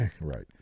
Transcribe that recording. Right